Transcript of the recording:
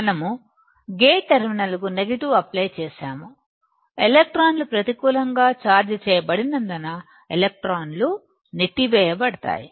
మనం గేట్ టెర్మినల్కు negative apply చేసాముఎలక్ట్రాన్లు ప్రతికూలంగా చార్జ్ చేయబడినందున ఎలక్ట్రాన్లు నెట్టి వేయ బడతాయి